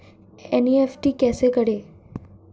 NEFT कैसे करें?